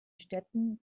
städten